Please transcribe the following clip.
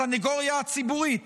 הסניגוריה הציבורית